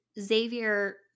Xavier